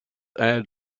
add